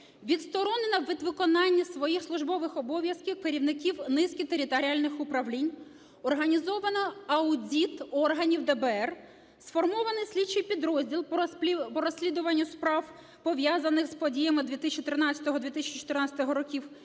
відсторонено від виконання своїх службових обов'язків керівників низки територіальних управлінь, організовано аудит органів ДБР, сформований слідчий підрозділ по розслідуванню справ, пов'язаних з подіями 2013-2014 років,